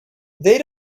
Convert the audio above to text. they